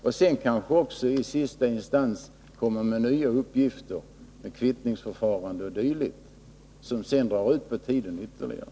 I sista instans kanske man sedan också kommer med nya uppgifter eller begär kvittningsförfarande o. d., vilket drar ut på tiden ytterligare.